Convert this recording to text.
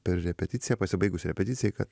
per repeticiją pasibaigus repeticijai kad